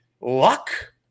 luck